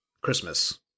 Christmas